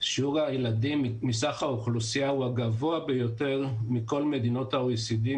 שיעור הילדים מסך האוכלוסייה הוא הגבוה ביותר מכל מדינות ה-OECD,